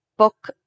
book